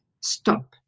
stop